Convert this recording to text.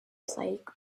plague